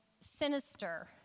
sinister